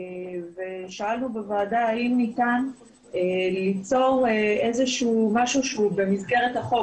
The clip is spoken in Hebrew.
שאלנו בוועדה האם ניתן ליצור איזשהו משהו שהוא במסגרת החוק,